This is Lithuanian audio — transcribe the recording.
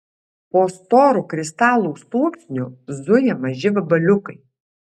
po storu kristalų sluoksniu zuja maži vabaliukai